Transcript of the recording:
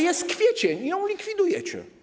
Jest kwiecień i ją likwidujecie.